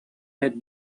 had